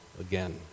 again